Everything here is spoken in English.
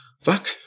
fuck